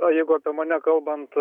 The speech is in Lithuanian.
o jeigu apie mane kalbant